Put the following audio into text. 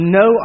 no